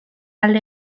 alde